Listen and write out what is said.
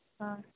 आं